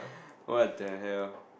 what the hell